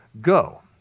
go